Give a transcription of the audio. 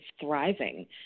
thriving